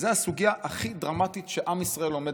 זאת הסוגיה הכי דרמטית שעם ישראל עומד